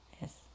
yes